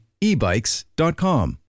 ebikes.com